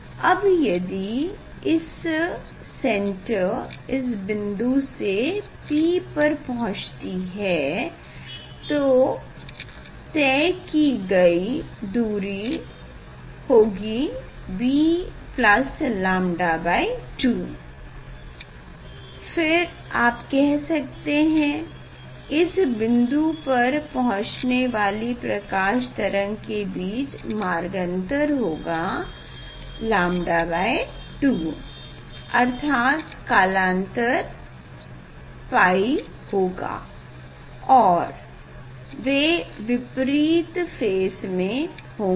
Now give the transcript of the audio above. अब यदि आप इस सेंटर इस बिन्दु से P पर पहुचती है तो तय कि गई दूरी होगी bλ2 फिर आप कह सकते हैं इस बिन्दु पर पहुचने वाली प्रकाश तरंगों के बीच मार्गन्तर होगा λ2 अर्थात कलांतर π होगा और वे विपरीत फ़ेस में होंगे